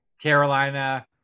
Carolina